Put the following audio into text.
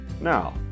Now